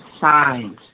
signs